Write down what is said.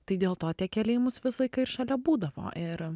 tai dėl to tie keliai mūsų visą laiką ir šalia būdavo ir